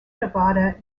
nevada